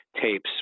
tapes